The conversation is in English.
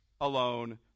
alone